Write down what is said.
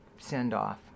send-off